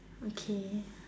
okay